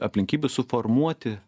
aplinkybių suformuoti